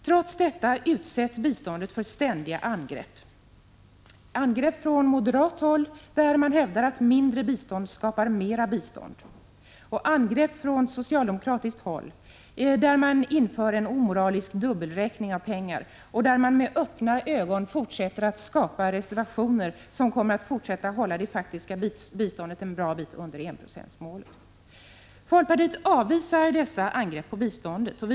Trots detta utsätts biståndet för ständiga angrepp — angrepp från moderat håll där man hävdar att mindre bistånd skapar mer bistånd, och angrepp från socialdemokratiskt håll där man inför en omoralisk dubbelräkning av pengar och med öppna ögon fortsätter att skapa reservationer, som även framöver kommer att hålla det faktiska biståndet en bra bit under 1 96. Folkpartiet avvisar dessa angrepp på biståndet.